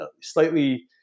slightly